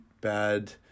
Bad